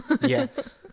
Yes